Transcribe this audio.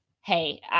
hey